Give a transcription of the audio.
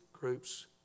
groups